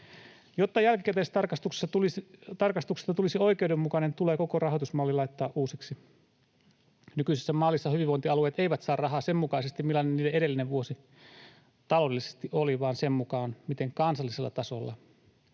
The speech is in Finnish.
Jotta jälkikäteistarkastuksesta tulisi oikeudenmukainen, tulee koko rahoitusmalli laittaa uusiksi. Nykyisessä mallissa hyvinvointialueet eivät saa rahaa sen mukaisesti, millainen niiden edellinen vuosi taloudellisesti oli, vaan sen mukaan, miten kansallisella tasolla